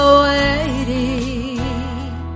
waiting